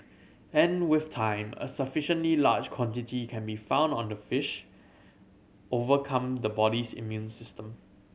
and with time a sufficiently large quantity can be found on the fish overcome the body's immune system